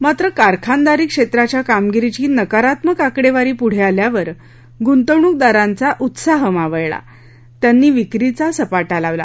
मात्र कारखानदारी क्षेत्राच्या कामगिरीची नकारात्मक आकडेवारी पुढ आल्यावर गुंतवणूकदारांचा उत्साह मावळला आणि त्यांनी विक्रीची सपाटा लावला